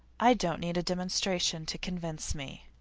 i don't need a demonstration to convince me.